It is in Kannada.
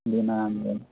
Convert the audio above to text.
ನಾನು